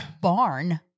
barn